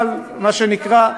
אבל מה שנקרא, לא מצקצקים.